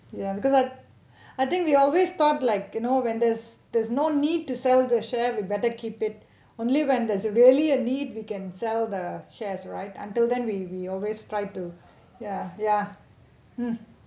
ya because I I think we always thought like you know when there's there's no need to sell the share we better keep it only when there's a really a need we can sell the shares right until then we we always try to ya ya mm